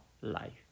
life